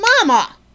Mama